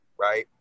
right